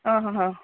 ಹಾಂ ಹಾಂ ಹಾಂ